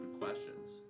questions